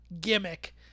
gimmick